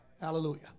Hallelujah